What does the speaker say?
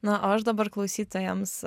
na o aš dabar klausytojams